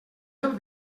del